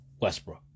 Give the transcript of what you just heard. Westbrook